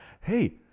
Hey